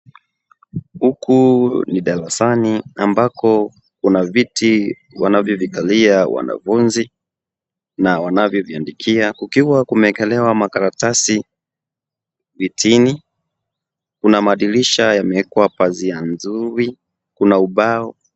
Huku ni darasani ambako kuna viti wanavyovikalia wanafunzi na wanavyo viandikiwa, kukiwa kumeekelewa makaratasi vitini, kuna madirisha yameekwa pazia nzuri, kuna ubao.